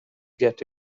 get